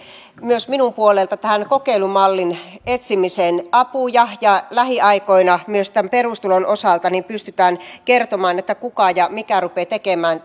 myös minun puoleltani tähän kokeilumallin etsimiseen apuja ja lähiaikoina myös tämän perustulon osalta pystytään kertomaan kuka ja mikä rupeaa tekemään